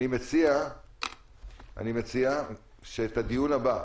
אני מציע שאת הדיון הבא,